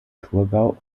thurgau